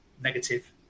negative